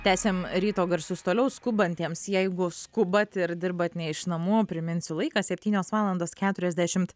tęsiam ryto garsus toliau skubantiems jeigu skubat ir dirbat ne iš namų priminsiu laikas septynios valandos keturiasdešimt